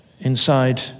inside